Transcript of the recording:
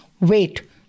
wait